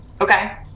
okay